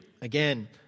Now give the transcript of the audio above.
Again